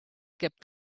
skip